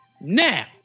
now